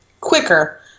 quicker